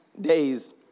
days